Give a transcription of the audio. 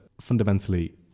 fundamentally